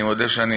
אני מודה שאני